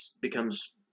becomes